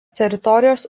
teritorijos